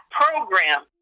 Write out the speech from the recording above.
program